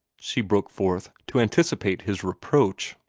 she broke forth, to anticipate his reproach,